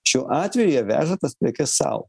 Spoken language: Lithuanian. šiuo atveja veža tas prekes sau